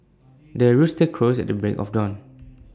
the rooster crows at the break of dawn